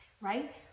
right